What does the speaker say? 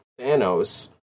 Thanos